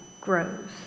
grows